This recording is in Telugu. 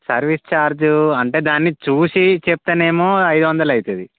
సర్వీస్ ఛార్జ్ అంటే దాన్ని చూసి చెప్తేనేమో ఐదొందలు అవుతుంది